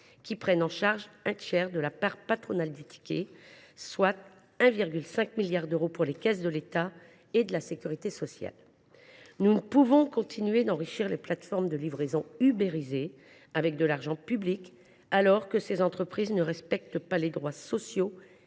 qui prennent en charge un tiers de la part patronale du ticket, ce qui représente 1,5 milliard d’euros pour les caisses de l’État et de la sécurité sociale. Nous ne pouvons continuer d’enrichir des plateformes de livraisons « ubérisées » avec de l’argent public, alors que ces entreprises ne respectent pas les droits sociaux